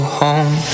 home